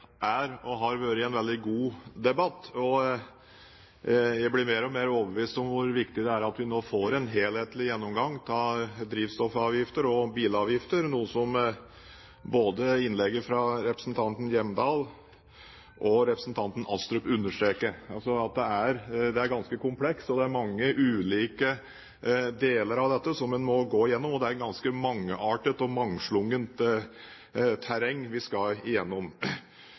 er og har vært en veldig god debatt. Jeg blir mer og mer overbevist om hvor viktig det er at vi nå får en helhetlig gjennomgang av drivstoffavgifter og bilavgifter. Som innlegget fra både representanten Hjemdal og representanten Astrup understreker, er dette ganske komplekst. Det er mange ulike deler av dette en må gå gjennom, og det er et ganske mangeartet og mangslungent terreng vi skal igjennom.